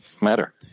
matter